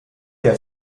der